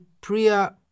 priya